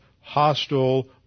hostile